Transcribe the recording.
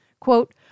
quote